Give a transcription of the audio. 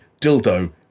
dildo